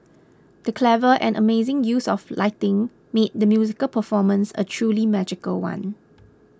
the clever and amazing use of lighting made the musical performance a truly magical one